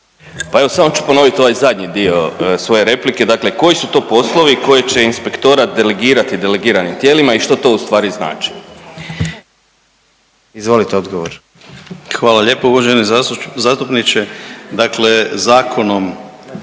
Pa evo samo ću ponovit ovaj zadnji dio svoje replike, dakle koji su to poslovi koje će inspektorat delegirati delegiranim tijelima i što to ustvari znači? **Jandroković, Gordan (HDZ)** Izvolite odgovor.